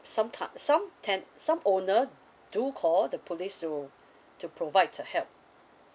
some cu~ some ten~ some owner do call the police to to provide help